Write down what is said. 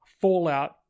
Fallout